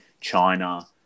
China